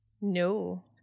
No